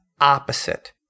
opposite